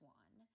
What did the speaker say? one